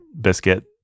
biscuit